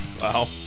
Wow